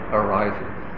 arises